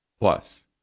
Plus